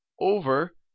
over